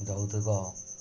ଯୌତୁକ